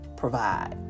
provide